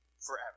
Forever